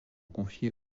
confiés